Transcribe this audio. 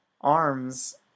arms